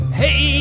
hey